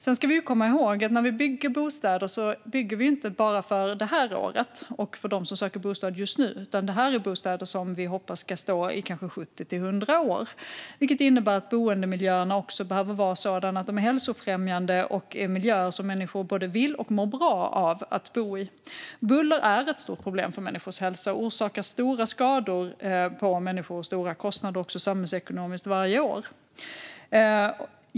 Vi ska också komma ihåg att när vi bygger bostäder bygger vi inte bara för det här året och för dem som söker bostad just nu, utan det här är bostäder som vi hoppas ska stå i kanske 70-100 år. Det innebär att boendemiljöerna också behöver vara hälsofrämjande - miljöer där människor både vill bo och mår bra av att bo. Buller är ett stort problem som orsakar stora skador på människors hälsa och även stora samhällsekonomiska kostnader varje år.